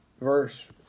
verse